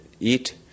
eat